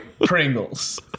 Pringles